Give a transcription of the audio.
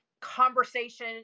conversation